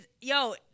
yo